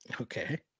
Okay